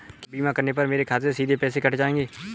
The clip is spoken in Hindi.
क्या बीमा करने पर मेरे खाते से सीधे पैसे कट जाएंगे?